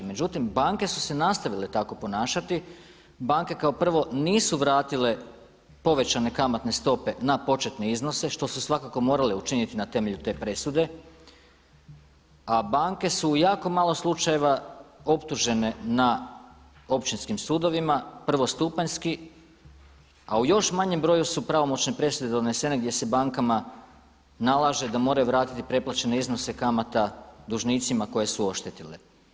Međutim, banke su se nastavile tako ponašati, bake kao prvo nisu vratile povećane kamatne stope na početne iznose što su svakako morale učiniti na temelju te presude a banke su u jako malo slučajeva optužene na općinskim sudovima, prvostupanjskim a u još manjem broju su pravomoćne presude donesene gdje bankama nalaže da moraju vratiti preplaćene iznose kamata dužnicima koje su oštetile.